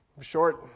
short